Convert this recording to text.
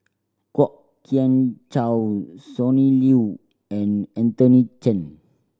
Kwok Kian Chow Sonny Liew and Anthony Chen